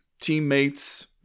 teammates